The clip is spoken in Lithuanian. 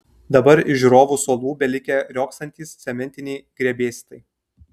dabar iš žiūrovų suolų belikę riogsantys cementiniai grebėstai